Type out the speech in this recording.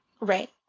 Right